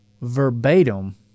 verbatim